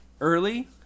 early